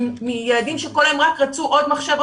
מילדים שכל היום רק רצו עוד מחשב,